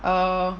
err